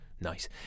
Nice